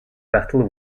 battle